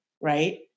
right